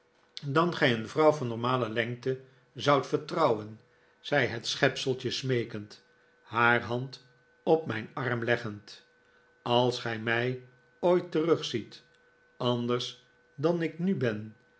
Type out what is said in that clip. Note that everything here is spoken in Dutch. dan gij een vrouw van normale lengte zoudt vertrouwen zei net schepseltje smeekend haar hand op mijn arm leggend als gij mij ooit terugziet anders dan ik nu ben